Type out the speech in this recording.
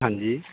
ਹਾਂਜੀ